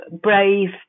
brave